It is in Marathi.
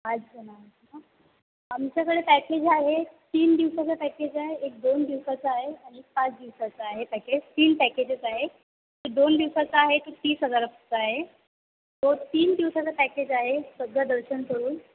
अच्छा आमच्याकडे पॅकेज आहे तीन दिवसाचा पॅकेज आहे एक दोन दिवसाचा आहे आणि पाच दिवसाचा आहे पॅकेज तीन पॅकेजेस आहे एक दोन दिवसाचा आहे तो तीस हजाराचा आहे तो तीन दिवसाचा पॅकेज आहे सध्या दर्शन करून